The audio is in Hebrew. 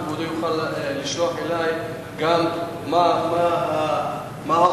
אם כבודו יוכל לשלוח אלי גם מה העונשים,